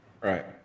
right